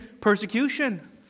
persecution